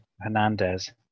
Hernandez